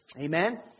Amen